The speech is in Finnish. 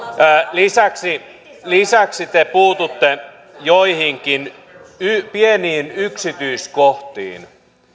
lisäksi lisäksi te puututte joihinkin pieniin yksityiskohtiin